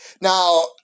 Now